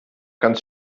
ganz